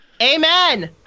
amen